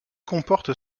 comporte